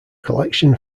collection